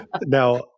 Now